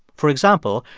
for example,